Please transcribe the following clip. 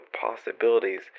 possibilities